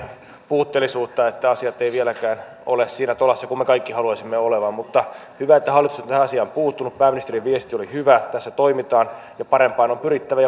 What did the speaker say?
puutteellisuutta että asiat eivät vieläkään ole siinä tolassa kuin me kaikki haluaisimme olevan mutta hyvä että hallitus on tähän asiaan puuttunut pääministerin viesti oli hyvä tässä toimitaan ja parempaan on pyrittävä